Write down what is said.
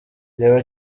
reba